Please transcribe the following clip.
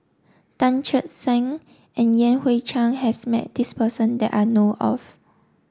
Tan Che Sang and Yan Hui Chang has met this person that I know of